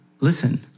Listen